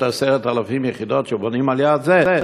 ב-10,000 היחידות שבונים על יד זה,